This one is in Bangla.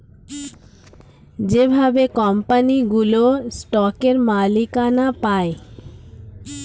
যেভাবে কোম্পানিগুলো স্টকের মালিকানা পায়